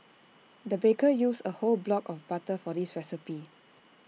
the baker used A whole block of butter for this recipe